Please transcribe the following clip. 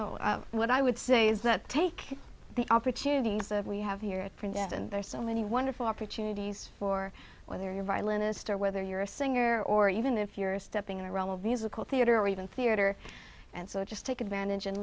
know what i would say is that take the opportunity we have here at princeton there's so many wonderful opportunities for whether you're violinist or whether you're a singer or even if you're stepping in a realm of musical theater or even theater and so just take advantage and